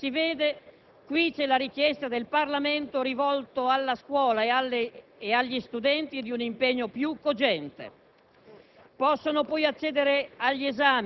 contratti negli anni precedenti. Come si vede, qui c'è la richiesta del Parlamento rivolta alla scuola e agli studenti di un impegno più cogente.